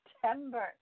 September